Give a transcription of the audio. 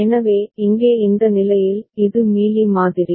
எனவே இங்கே இந்த நிலையில் இது மீலி மாதிரி